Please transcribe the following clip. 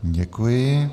Děkuji.